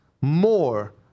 more